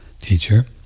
teacher